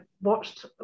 watched